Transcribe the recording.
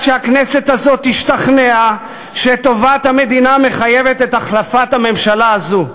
שהכנסת הזאת תשתכנע שטובת המדינה מחייבת את החלפת הממשלה הזו.